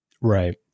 right